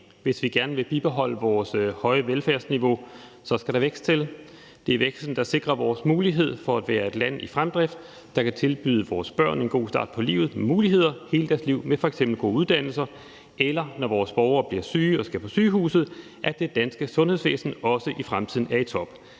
Hvis vi gerne vil bibeholde vores høje velfærdsniveau, skal der vækst til. Det er væksten, der sikrer vores mulighed for at være et land i fremdrift, der kan tilbyde vores børn en god start på livet med muligheder hele deres liv med f.eks. gode uddannelser, og den sikrer, at når vores borgere bliver syge og skal på sygehuset, er det danske sundhedsvæsen også i fremtiden i top.